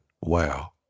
wow